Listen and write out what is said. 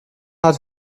hat